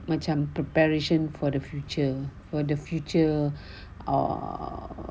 macam preparation for the future for the future or